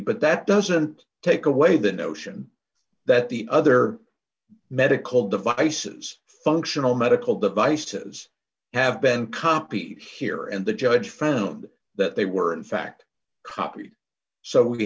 but that doesn't take away the notion that the other medical devices functional medical devices have been comp beat here and the judge found that they were in fact copied so we